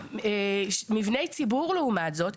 מבני הציבור לעומת זאת,